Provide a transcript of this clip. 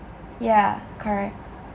yeah correct